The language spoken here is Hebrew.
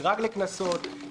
מדרג לקנסות,